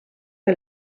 que